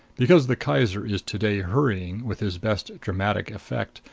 because the kaiser is to-day hurrying, with his best dramatic effect,